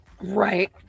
Right